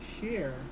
share